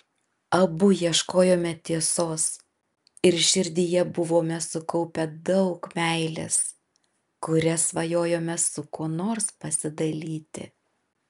abu ieškojome tiesos ir širdyje buvome sukaupę daug meilės kuria svajojome su kuo nors pasidalyti